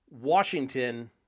Washington